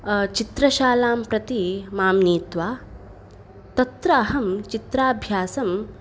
चित्रशालां प्रति मां नीत्वा तत्र अहं चित्राभ्यासं